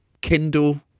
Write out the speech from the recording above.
Kindle